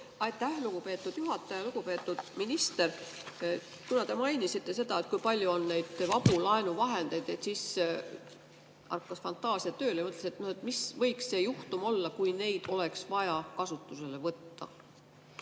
Aitäh, lugupeetud juhataja! Lugupeetud minister! Kuna te mainisite seda, kui palju on neid vabu laenuvahendeid, siis mul hakkas fantaasia tööle ja mõtlesin, mis võiks see juhtum olla, kui neid oleks vaja kasutusele võtta.